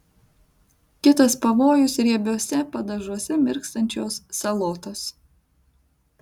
kitas pavojus riebiuose padažuose mirkstančios salotos